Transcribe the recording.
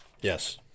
Yes